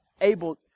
able